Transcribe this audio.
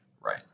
Right